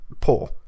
poor